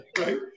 right